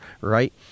right